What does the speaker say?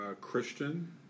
Christian